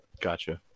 Gotcha